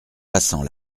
passant